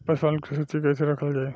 पशुपालन के सुरक्षित कैसे रखल जाई?